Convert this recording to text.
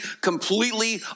completely